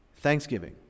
thanksgiving